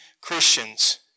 Christians